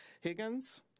Higgins